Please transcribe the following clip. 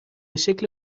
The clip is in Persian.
شکل